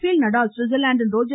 பேல் நடால் ஸ்விட்சர்லாந்தின் ரோஜர்